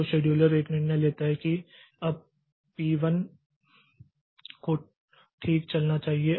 तो शेड्यूलर एक निर्णय लेता है कि अब पी1 को ठीक चलना चाहिए